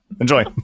enjoy